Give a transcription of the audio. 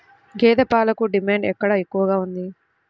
గేదె పాలకు డిమాండ్ ఎక్కడ ఎక్కువగా ఉంది?